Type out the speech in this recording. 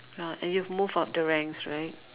ya and you've move up the ranks right